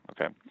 Okay